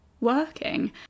Working